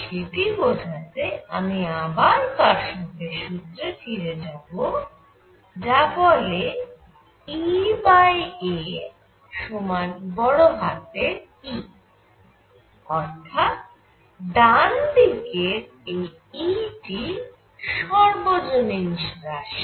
সেটি বোঝাতে আমি আবার কারশফের সুত্রে ফিরে যাবো যা বলে e a সমান বড় হাতের E অর্থাৎ ডান দিকের এই E টি সর্বজনীন রাশি